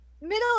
middle